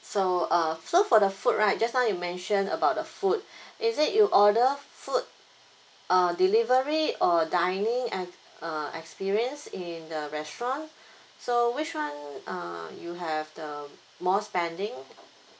so uh so for the food right just now you mentioned about the food is it you order food uh delivery or dining ex~ experience in the restaurant so which one uh you have the more spending